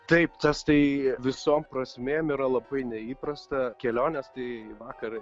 taip tas tai visom prasmėm yra labai neįprasta kelionės tai vakar